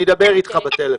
אני אדבר אתך בטלפון.